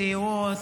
צעירות,